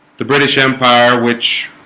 the british empire, which